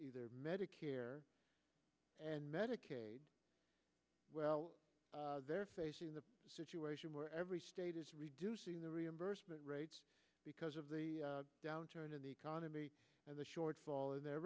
medicare and medicaid well they're facing the situation where every state is reducing the reimbursement rate because of the downturn in the economy and the shortfall in their